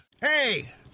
Hey